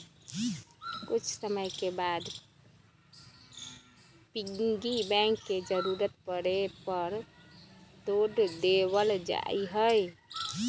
कुछ समय के बाद पिग्गी बैंक के जरूरत पड़े पर तोड देवल जाहई